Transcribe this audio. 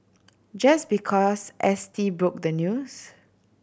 just because S T broke the news